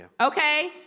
Okay